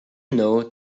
know